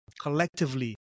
collectively